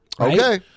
Okay